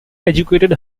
educated